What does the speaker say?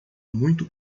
muito